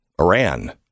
Iran